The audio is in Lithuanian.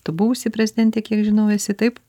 tu buvusi prezidentė kiek žinau esi taip